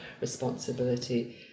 responsibility